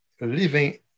living